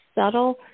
subtle